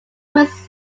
means